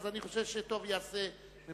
אני חושב שטוב יעשה השר,